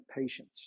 patience